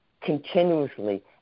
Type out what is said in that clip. continuously